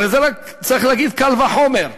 הרי רק צריך להגיד "קל וחומר".